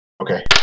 Okay